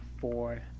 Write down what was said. four